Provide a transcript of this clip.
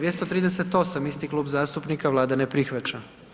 238. isti klub zastupnika, Vlada ne prihvaća.